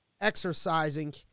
exercising